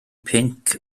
pinc